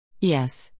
Yes